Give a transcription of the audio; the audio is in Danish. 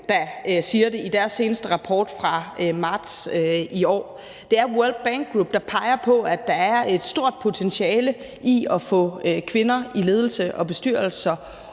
der siger det i deres seneste rapport fra marts i år. Det er World Bank Group, der peger på, at der er et stort potentiale i at få kvinder i ledelser og bestyrelser.